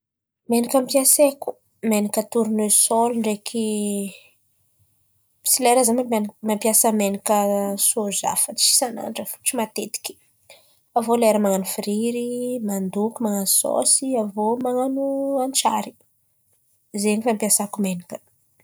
Menaka ampiasaiko, menaka tornesoly ndraiky misy lera izaho mampiasa menaka sôza fa tsy isan'andra fo, tsy matetiky. Avy eo lera man̈ano firiry, mandoky, man̈ano sôsy avy iô man̈ano an-tsàry zen̈y fampiasàko menaka.